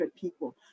people